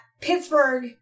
Pittsburgh